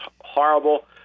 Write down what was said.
horrible